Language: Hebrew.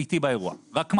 הם איתי באירוע, רק מה?